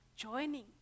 joining